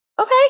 Okay